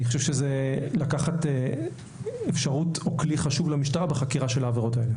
אני חושב שזה לקחת שירות או כלי חשוב למשטרה בחקירה של העבירות האלה.